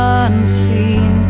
unseen